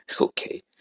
okay